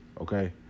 Okay